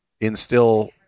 instill